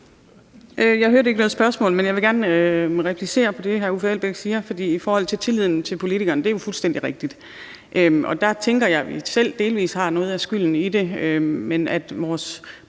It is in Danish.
Jeg hørte ikke noget spørgsmål, men jeg vil gerne replicere på det, hr. Uffe Elbæk siger. Det med tilliden til politikerne er jo fuldstændig rigtigt. Der tænker jeg, at vi selv delvis har noget af skylden for det, men at vores presse